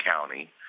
county